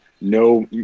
no